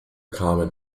carmen